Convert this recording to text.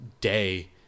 day